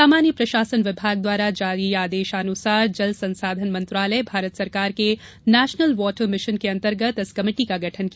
सामान्य प्रशासन विभाग द्वारा जारी आदेशानुसार जल संसाधन मंत्रालय भारत सरकार के नेशनल वाटर मिशन के अन्तर्गत इस कमेटी का गठन किया गया